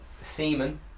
semen